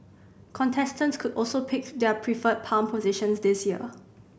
contestants could also pick their preferred palm positions this year